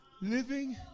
living